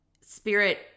spirit